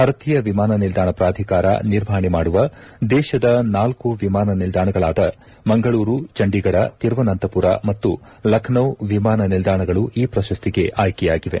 ಭಾರತೀಯ ವಿಮಾನ ನಿಲ್ದಾಣ ಪ್ರಾಧಿಕಾರ ನಿರ್ವಹಣೆ ಮಾಡುವ ದೇಶದ ನಾಲ್ಕು ವಿಮಾನ ನಿಲ್ದಾಣಗಳಾದ ಮಂಗಳೂರು ಚಂಡೀಗಢ ತಿರುವನಂತಮರ ಮತ್ತು ಲಖನೌ ವಿಮಾನ ನಿಲ್ದಾಣಗಳು ಈ ಪ್ರಶಸ್ತಿಗೆ ಆಯ್ಕೆಯಾಗಿವೆ